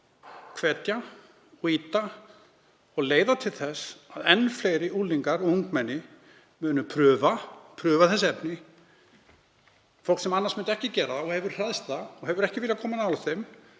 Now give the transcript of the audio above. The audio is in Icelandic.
hvetja til, ýta á og leiða til þess að enn fleiri unglingar og ungmenni munu prufa þessi efni, fólk sem myndi annars ekki gera það og hefur hræðst það og hefur ekki viljað koma nálægt þeim